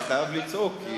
אני חייב לצעוק,